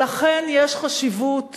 ולכן יש חשיבות